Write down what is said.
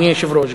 אדוני היושב-ראש,